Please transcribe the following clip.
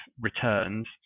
returns